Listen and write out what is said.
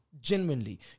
Genuinely